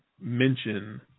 mention